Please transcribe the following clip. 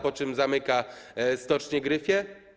Po czym zamyka stocznię Gryfia.